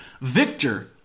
Victor